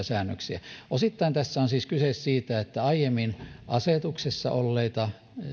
säännöksiä osittain tässä on siis kyse siitä että aiemmin asetuksessa olleita